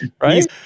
right